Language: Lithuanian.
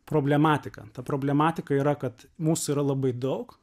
problematiką ta problematika yra kad mūsų yra labai daug